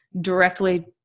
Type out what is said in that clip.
directly